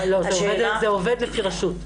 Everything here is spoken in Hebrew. לא, זה עובד לפי רשות.